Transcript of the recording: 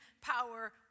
power